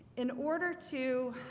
in order to